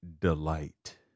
delight